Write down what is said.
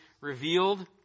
revealed